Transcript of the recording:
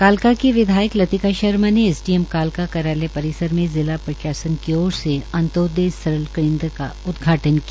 कालका की विधायक लतिका शर्मा ने एसडीएम कालका कार्यालय परिसर में जिला प्रशासन की ओर से अंत्योदय सरल केंद्र का उदघाटन किया